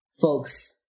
folks